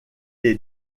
est